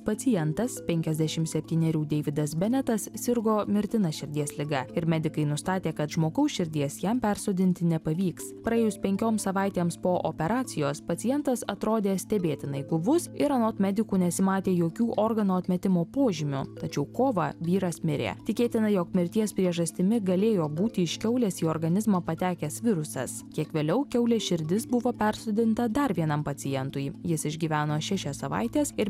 pacientas penkiasdešim septynerių deividas benetas sirgo mirtina širdies liga ir medikai nustatė kad žmogaus širdies jam persodinti nepavyks praėjus penkioms savaitėms po operacijos pacientas atrodė stebėtinai guvus ir anot medikų nesimatė jokių organo atmetimo požymių tačiau kovą vyras mirė tikėtina jog mirties priežastimi galėjo būti iš kiaulės į organizmą patekęs virusas kiek vėliau kiaulės širdis buvo persodinta dar vienam pacientui jis išgyveno šešias savaites ir